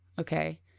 okay